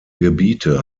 gebiete